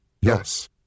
Yes